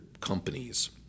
companies